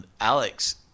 Alex